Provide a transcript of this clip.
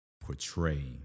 portray